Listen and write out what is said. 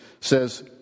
says